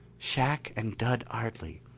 shac and dud ardley.